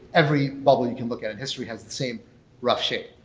every bubble you can look at in history has the same rough shape.